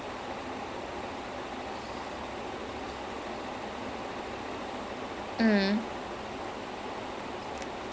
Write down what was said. the thing that was that was supposed to be the plot point of the movie but knowing indian films they probably messed it up